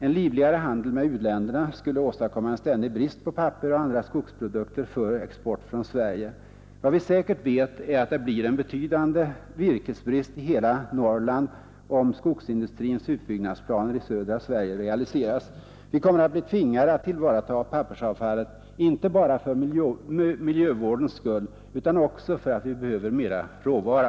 En livligare handel med u-länderna skulle åstadkomma en ständig brist på papper och andra skogsprodukter för export från Sverige. Vad vi säkert vet är att det blir en betydande virkesbrist i hela Norrland, om skogsindustrins utbyggnadsplaner i södra Sverige realiseras. Vi kommer att bli tvingade att tillvarata pappersavfallet, inte bara för miljövårdens skull utan också för att vi behöver mera råvara.